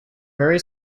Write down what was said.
very